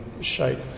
shape